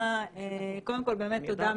קודם כל באמת תודה,